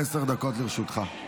עשר דקות לרשותך.